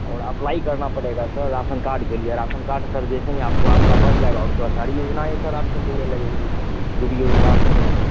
और अप्लाई करना पड़ेगा सर राशन कार्ड के लिए राशन कार्ड सर जैसे ही आपको आपका बन जाएगा उसके बाद सारी योजनाएँ सर आपको मिलने लगेंगी जो भी योजना आपको नहीं मिली